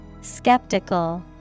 Skeptical